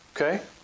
Okay